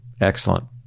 Excellent